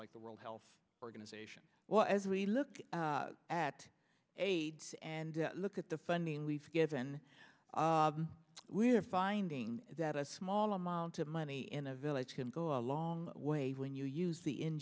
like the world health organization well as we look at aids and look at the funding we've given we are finding that a small amount of money in a village can go a long way when you use the in